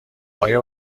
آیا